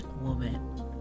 woman